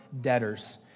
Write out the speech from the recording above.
debtors